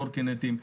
קורקינטים.